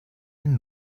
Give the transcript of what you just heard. ein